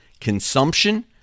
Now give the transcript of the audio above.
consumption